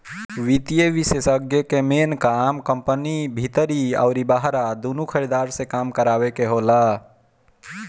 वित्तीय विषेशज्ञ कअ मेन काम कंपनी भीतर अउरी बहरा दूनो खरीदार से काम करावे कअ होला